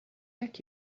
neck